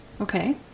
Okay